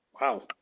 Wow